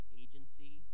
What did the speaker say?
agency